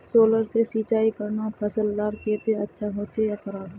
Solar से सिंचाई करना फसल लार केते अच्छा होचे या खराब?